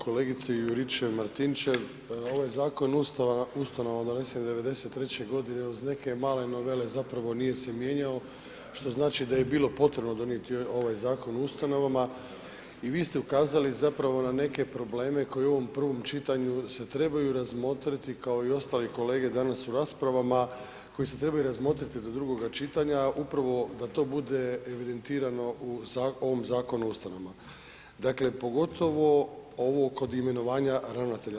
Kolegice Juričev Martinčev, ovaj Zakon o ustanovama donesen '93. g. uz neke male novele zapravo nije se mijenjao što znači da je bilo potrebno donijeti ovaj Zakon o ustanovama i vi ste ukazali zapravo na neke probleme koji u ovom prvom čitanju se trebaju razmotriti kao i ostali kolege danas u raspravama, koji se trebaju razmotriti do drugog čitanja upravo da to bude evidentirano u ovom Zakonu o ustanovama, dakle pogotovo oko kod imenovanja ravnatelja.